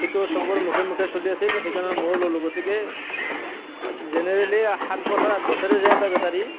সেইটো চবৰ মুখে মুখে চলি আছিল সেইকাৰণে ময়ো ল'লোঁ গতিকে জেনেৰেলী সাত বছৰ আঠ বছৰেই যায় এটা বেটাৰী